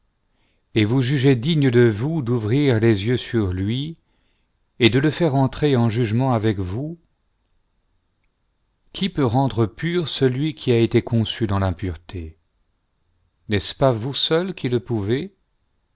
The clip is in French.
et vous jugez digne de vous d'ouvrir les yeux sur lui et de le faire entrer en jugement avec vous qui peut rendre pur celui qui a été conçu dans l'impureté n'est-ce pas vous seul qui le pouvez